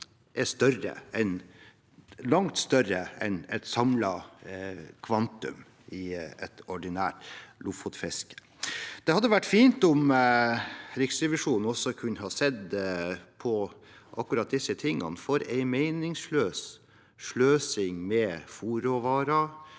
er langt høyere enn samlet kvantum i et ordinært lofotfiske. Det hadde vært fint om Riksrevisjonen også kunne ha sett på disse tingene, for det er en meningsløs sløsing med fôrråvarer,